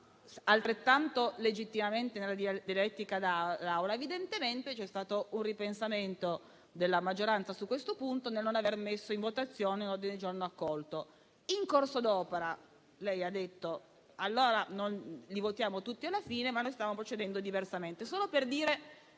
altrettanto legittimamente nella dialettica d'Aula, evidentemente c'è stato un ripensamento della maggioranza su questo punto, nel non aver voluto insistere per la votazione di un ordine del giorno accolto. In corso d'opera, lei ha detto che allora li voteremo tutti alla fine, ma stiamo procedendo diversamente.